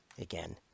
again